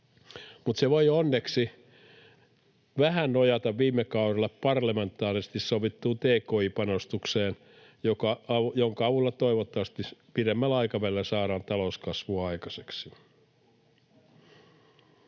Mutta se voi onneksi vähän nojata viime kaudella parlamentaarisesti sovittuun tki-panostukseen, jonka avulla toivottavasti pidemmällä aikavälillä saadaan talouskasvua aikaiseksi.